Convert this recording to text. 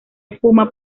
espuma